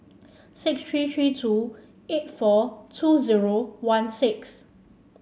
six three three two eight four two zero one six